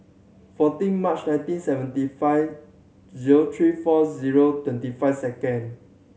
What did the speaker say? fourteen March nineteen seventy five zero three four zero twenty five second